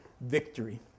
victory